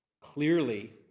clearly